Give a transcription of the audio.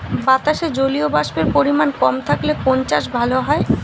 বাতাসে জলীয়বাষ্পের পরিমাণ কম থাকলে কোন চাষ ভালো হয়?